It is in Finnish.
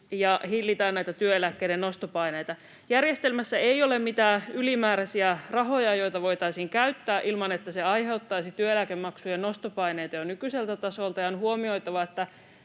ja hillitään näitä työeläkkeiden nostopaineita. Järjestelmässä ei ole mitään ylimääräisiä rahoja, joita voitaisiin käyttää ilman, että se aiheuttaisi työeläkemaksujen nostopaineita jo nykyiseltä tasolta, ja on huomioitava,